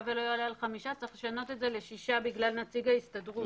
ולא יעלה על חמישה' צריך לשנות את זה לשישה בגלל נציג ההסתדרות.